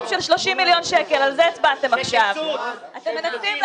את יודעת את